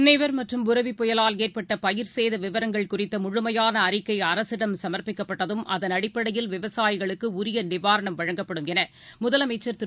நிவர் மற்றும் புரெவி புயலால் ஏற்பட்ட பயிர் சேத விவரங்கள் குறித்த முழுமையான அறிக்கை அரசிடம் சமர்ப்பிக்கப்பட்டதும் அதன் அடிப்படையில் விவசாயிகளுக்கு உரிய நிவாரணம் வழங்கப்படும் என முதலமைச்சர் திரு